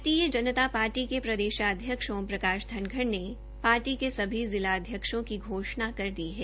भारतीय जनता पार्टी के प्रदेशाध्यक्ष ओम प्रकाश धनखड़ ने पार्टी के सभी जिला अध्यक्षों की घोषणा कर दी है